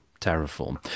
Terraform